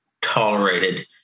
tolerated